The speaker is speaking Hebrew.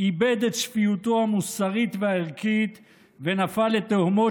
איבד את שפיותו המוסרית והערכית ונפל לתהומות